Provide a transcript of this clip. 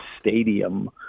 stadium